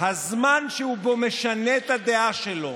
הזמן שבו הוא משנה את הדעה שלו